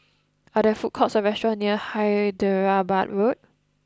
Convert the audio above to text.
are there food courts or restaurants near Hyderabad Road